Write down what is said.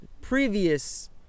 Previous